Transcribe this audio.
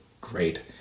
great